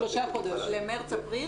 למרץ, אפריל?